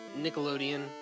Nickelodeon